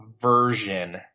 version